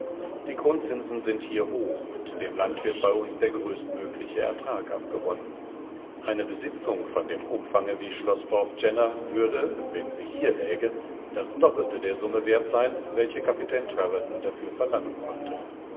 die grundzinsen sind hier hoch und dem land wird bei uns der größtmögliche ertrag abgewonnen eine besitzung von dem umfange wie schloß porthgenna würde wenn sie hier läge das doppelte der summe wert sein welche kapitän treverton dafür verlangen konnte